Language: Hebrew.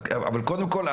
אבל קודם כל,